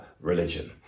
religion